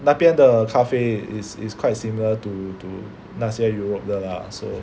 那边的咖啡 is is quite similar to to 那些 Europe 的 lah so